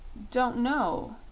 don't know,